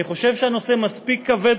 אני חושב שהנושא מספיק כבד,